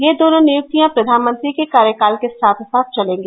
ये दोनों नियुक्तियां प्रधानमंत्री के कार्यकाल के साथ साथ चलेंगी